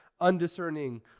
undiscerning